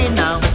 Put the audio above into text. now